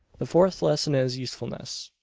the fourth lesson is usefulness.